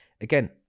again